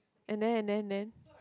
and then and then and then